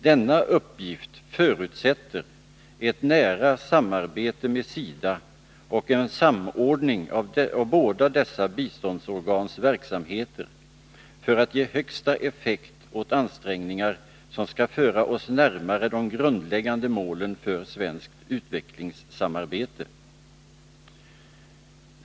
Denna uppgift förutsätter ett nära samarbete med SIDA och en samordning av båda dessa biståndsorgans verksamheter för att ge högsta effekt åt ansträngningar som skall föra oss 7 närmare de grundläggande målen för svenskt utvecklingssamarbete.